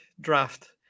draft